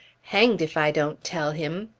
hanged if i don't tell him!